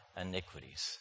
iniquities